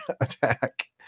attack